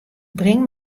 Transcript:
bring